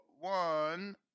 one